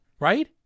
right